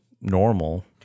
normal